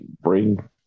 bring